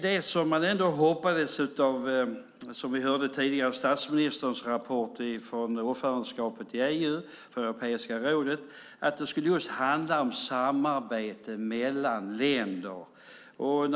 Det man ändå hoppas är att EU ska handla just om samarbete mellan länder. Det hörde vi tidigare av statsministerns rapport från Europeiska rådet och ordförandeskapet i EU.